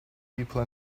people